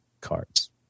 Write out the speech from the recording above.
cards